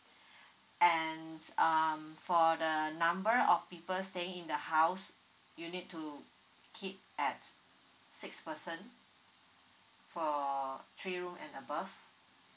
and um for the number of people staying in the house you need to keep at six person for three room and above